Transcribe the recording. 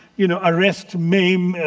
you know, arrest. maim.